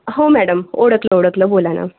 हो मॅडम ओळखलं ओळखलं बोला ना